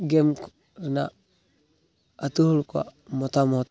ᱜᱮᱢ ᱨᱮᱱᱟᱜ ᱟᱹᱛᱩ ᱦᱚᱲ ᱠᱚᱣᱟᱜ ᱢᱚᱛᱟᱢᱚᱛ